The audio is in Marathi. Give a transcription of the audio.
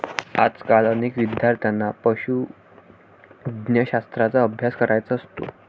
आजकाल अनेक विद्यार्थ्यांना पशुवैद्यकशास्त्राचा अभ्यास करायचा असतो